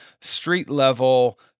street-level